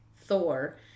Thor